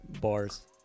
bars